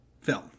film